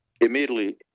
immediately